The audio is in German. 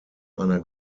einer